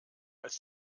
als